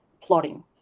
plotting